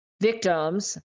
victims